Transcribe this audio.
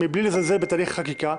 בלי לזלזל בתהליך החקיקה,